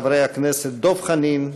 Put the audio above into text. חברי הכנסת דב חנין,